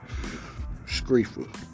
Screefer